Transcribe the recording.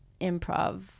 improv